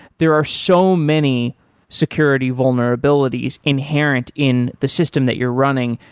there are so many security vulnerabilities inherent in the system that you're running.